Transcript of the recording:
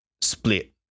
split